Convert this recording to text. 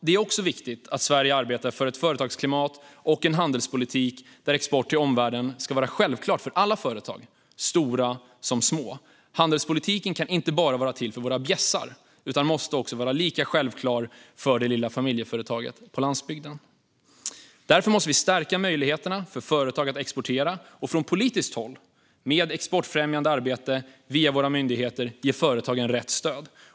Det är också viktigt att Sverige arbetar för ett företagsklimat och en handelspolitik där export till omvärlden är självklart för alla företag, stora som små. Handelspolitiken kan inte bara vara till för våra bjässar utan måste vara lika självklar för det lilla familjeföretaget på landsbygden. Därför måste vi stärka möjligheterna för företag att exportera och från politiskt håll med exportfrämjande arbete via våra myndigheter ge företagen rätt stöd.